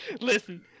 Listen